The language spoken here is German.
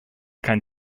kein